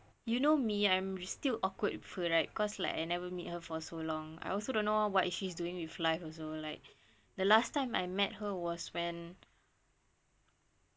you know me I'm still awkward with her right cause like I never meet her for so long I also don't know what is she doing with life also like the last time I met her was when